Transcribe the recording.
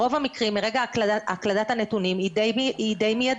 ברוב המקרים הקלדת הנתונים היא די מיידית,